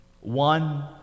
One